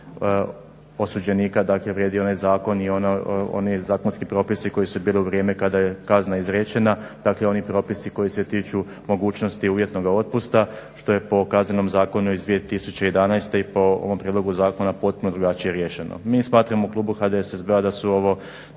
osuđenika dakle vrijedi onaj zakon i oni zakonski propisi koji su bili u vrijeme kada je kazna izrečena, dakle oni propisi koji se tiču mogućnosti uvjetnoga otpusta što je po Kaznenom zakonu iz 2011. i po ovom prijedlogu zakona potpuno drugačije riješeno. Mi smatramo u klubu HDSSB-a da su ovo,